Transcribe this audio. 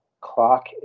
clock